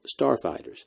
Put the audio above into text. starfighters